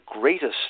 greatest